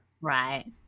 Right